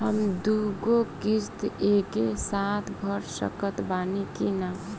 हम दु गो किश्त एके साथ भर सकत बानी की ना?